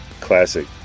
classic